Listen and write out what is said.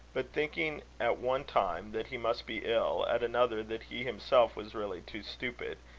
but thinking at one time that he must be ill, at another that he himself was really too stupid,